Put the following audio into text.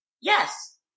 Yes